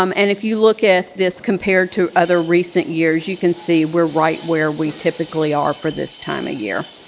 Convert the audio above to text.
um and if you look at this compared to other recent years, you can see we're right where we typically are for this time of year.